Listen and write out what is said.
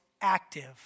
active